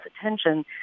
attention